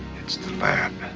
it's the lab.